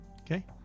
Okay